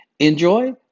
Enjoy